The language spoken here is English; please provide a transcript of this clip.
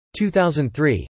2003